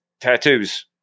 tattoos